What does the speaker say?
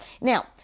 Now